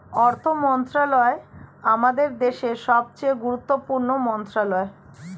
অর্থ মন্ত্রণালয় আমাদের দেশের সবচেয়ে গুরুত্বপূর্ণ মন্ত্রণালয়